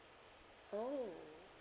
oh